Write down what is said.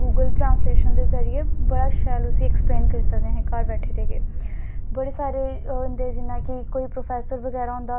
तो किन्ना खुश होंदा अगर अस जम्मू दै अन्दर जम्मू कश्मीर दैा अन्दर इन्ना डोगरी भाईचारा ऐ साढ़ा अगर अस इक दुए दी गवल्ल नेंई समझचै